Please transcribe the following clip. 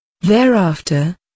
Thereafter